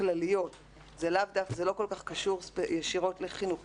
זה לא כל כך קשור ישירות לחינוך.